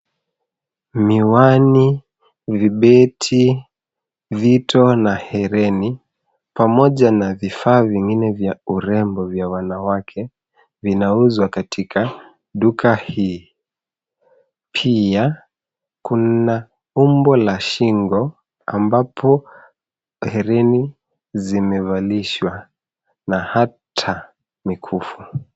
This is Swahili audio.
Miwani , vibeti, vito na hereni, pamoja na vifaa vingine vya urembo vya wanawake , vinauzwa katika duka hii. Pia, kuna umbo la shingo ambapo hereni zimevalishwa na hata mikufu.